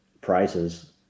prices